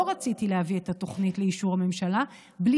לא רציתי להביא את התוכנית לאישור הממשלה בלי